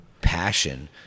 passion